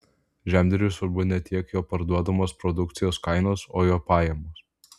žemdirbiui svarbu ne tiek jo parduodamos produkcijos kainos o jo pajamos